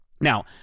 Now